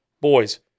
Boys